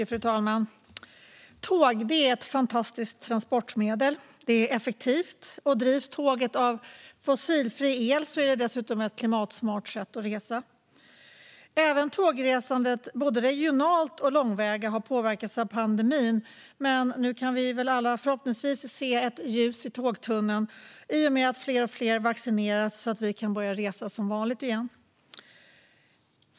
Fru talman! Tåget är ett fantastiskt transportmedel. Det är effektivt, och om tåget drivs av fossilfri el är det dessutom ett klimatsmart sätt att resa. Även tågresandet, både regionalt och långväga, har påverkats av pandemin. Men nu kan vi väl alla förhoppningsvis se ett ljus i tågtunneln i och med att fler och fler vaccineras så att vi kan börja resa som vanligt igen.